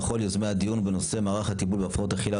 לכל יוזמי הדיון בנושא מערך הטיפול בהפרעות אכילה,